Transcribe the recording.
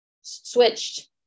switched